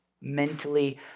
mentally